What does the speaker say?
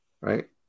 right